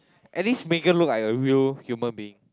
at least Megan look like a real human being